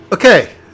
Okay